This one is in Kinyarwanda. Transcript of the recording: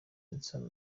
vincent